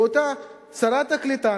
בעודה שרת הקליטה,